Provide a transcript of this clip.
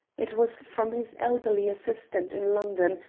it was from his elderly assistant in london,